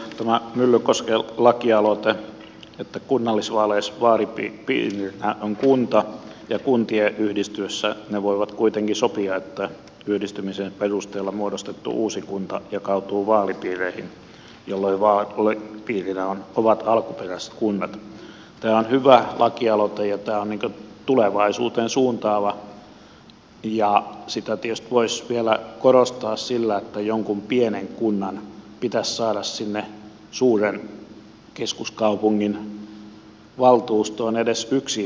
tämä myllykosken lakialoite että kunnallisvaaleissa vaalipiirinä on kunta ja kuntien yhdistyessä ne voivat kuitenkin sopia että yhdistymisen perusteella muodostettu uusi kunta jakautuu vaalipiireihin jolloin vaalipiireinä ovat alkuperäiset kunnat on hyvä lakialoite ja tämä on tulevaisuuteen suuntaava ja sitä tietysti voisi vielä korostaa sillä että jonkun pienen kunnan pitäisi saada sinne suuren keskuskaupungin valtuustoon edes yksi edustaja